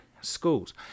schools